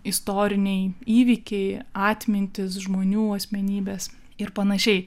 istoriniai įvykiai atmintys žmonių asmenybės ir panašiai